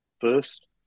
first